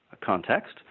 context